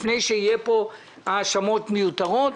לפני שיהיו פה האשמות מיותרות,